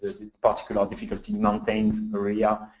particular difficulty mountains area,